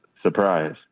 Surprise